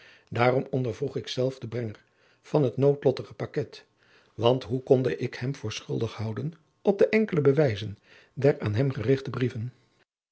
daarom ondervroeg ik zelf den brenger van het noodlottige paket want hoe konde ik jacob van lennep de pleegzoon hem voor schuldig houden op de enkele bewijzen der aan hem gerichte brieven